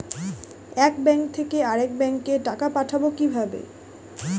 এক ব্যাংক থেকে আরেক ব্যাংকে টাকা পাঠাবো কিভাবে?